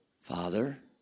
Father